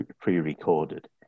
pre-recorded